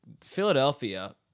Philadelphia